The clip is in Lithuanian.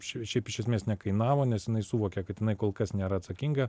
šiaip šiaip iš esmės nekainavo nes jinai suvokė kad jinai kol kas nėra atsakinga